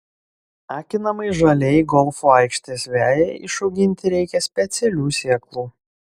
akinamai žaliai golfo aikštės vejai išauginti reikia specialių sėklų